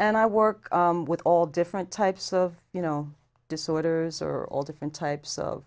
and i work with all different types of you know disorders or all different types of